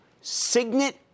Signet